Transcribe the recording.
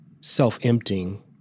self-emptying